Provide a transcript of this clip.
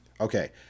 Okay